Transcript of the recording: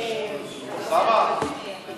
אוסאמה, אתה